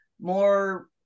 more